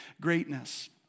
greatness